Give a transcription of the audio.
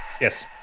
Yes